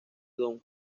don